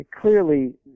Clearly